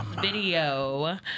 video